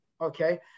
okay